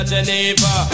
Geneva